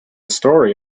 story